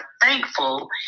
thankful